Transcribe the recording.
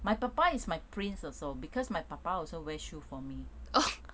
my 爸爸 is my prince also because my 爸爸 also wear shoe for me